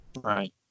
Right